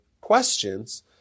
questions